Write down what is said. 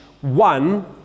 one